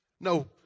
No